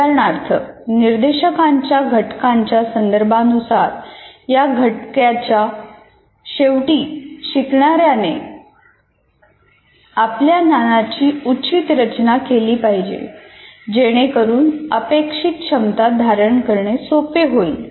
उदाहरणार्थ निर्देशांकाच्या घटकांच्या संदर्भानुसार या घटकाच्या शेवटी शिकणाऱ्याने आपल्या ज्ञानाची उचित रचना केली पाहिजे जेणेकरून अपेक्षित क्षमता धारण करणे सोपे होईल